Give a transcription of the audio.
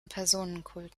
personenkult